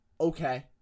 Okay